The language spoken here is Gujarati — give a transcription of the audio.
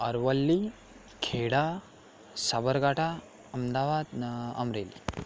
અરવલ્લી ખેડા સાબરકાંઠા અમદાવાદ ને અમરેલી